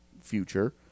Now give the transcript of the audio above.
future